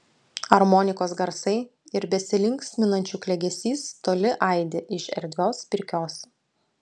armonikos garsai ir besilinksminančių klegesys toli aidi iš erdvios pirkios